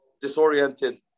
disoriented